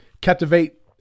captivate